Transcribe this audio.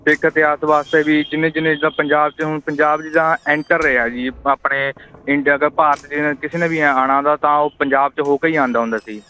ਸਿੱਖ ਇਤਿਹਾਸ ਵਾਸਤੇ ਵੀ ਜਿੰਨੇ ਜਿੰਨੇ ਜਿਦਾਂ ਪੰਜਾਬ 'ਚ ਹੁਣ ਪੰਜਾਬ 'ਚ ਜਾਂ ਐਂਟਰ ਰਿਹਾ ਜੀ ਆਪਣੇ ਇੰਡੀਆ ਦਾ ਭਾਰਤ ਕਿਸੇ ਨੇ ਵੀ ਆਉਣਾ ਦਾ ਤਾਂ ਉਹ ਪੰਜਾਬ 'ਚ ਹੋ ਕੇ ਹੀ ਆਉਂਦਾ ਹੁੰਦਾ ਸੀ